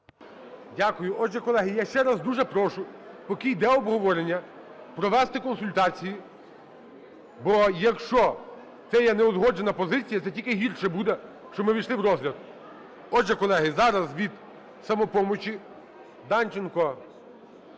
Дякую. Отже, колеги, я ще раз дуже прошу, поки йде обговорення, провести консультації, бо, якщо це є неузгоджена позиція, це тільки гірше буде, що ми ввійшли в розгляд. Отже, колеги, зараз від "Самопомочі" Данченко